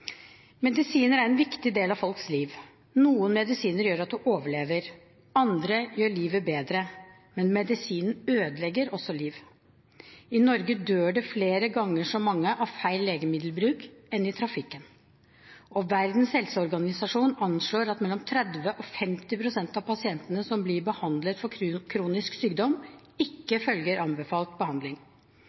Medisiner er en viktig del av folks liv. Noen medisiner gjør at en overlever, andre gjør livet bedre, men medisiner ødelegger også liv. I Norge dør det flere ganger så mange av feil legemiddelbruk enn i trafikken. Verdens Helseorganisasjon anslår at mellom 30 og 50 pst. av pasientene som blir behandlet for kronisk sykdom, ikke følger anbefalt behandling.